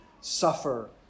suffer